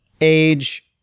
age